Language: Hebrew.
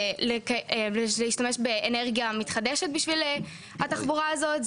זה להשתמש באנרגיה מתחדשת בשביל התחבורה הזאת,